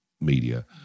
media